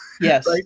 Yes